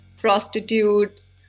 prostitutes